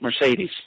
Mercedes